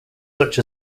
such